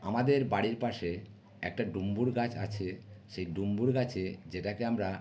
আমাদের বাড়ির পাশে একটা ডুমুর গাছ আছে সেই ডুমুর গাছে যেটাকে আমরা